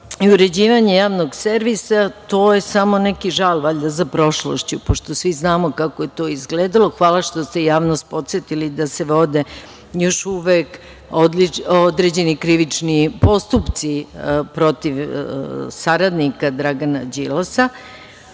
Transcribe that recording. jasno. Uređivanje Javnog servisa je samo neki žal za prošlošću, pošto svi znamo kako je to izgledalo. Hvala što ste javnost podsetili da se vode još uvek određeni krivični postupci protiv saradnika Dragana Đilasa